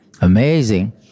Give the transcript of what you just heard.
Amazing